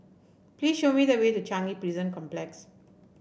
please show me the way to Changi Prison Complex